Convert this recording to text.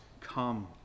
come